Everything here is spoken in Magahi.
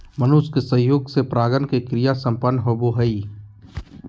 मनुष्य के सहयोग से परागण के क्रिया संपन्न होबो हइ